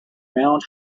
mount